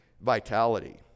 vitality